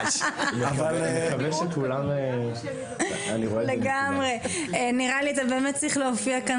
נראה לי שאתה באמת צריך להופיע כאן